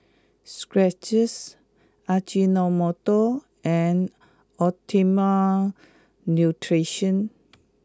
Skechers Ajinomoto and Optimum Nutrition